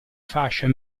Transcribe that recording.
fascia